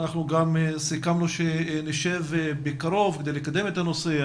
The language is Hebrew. סיכמנו שנשב בקרוב כדי לקדם את הנושא.